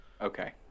Okay